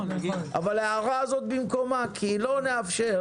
אבל ההערה הזאת במקומה כי לא נאפשר